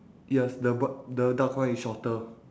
yes the bi~ the darker one is shorter